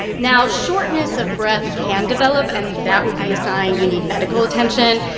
now, shortness of breath can develop, and that would be a sign you need medical attention.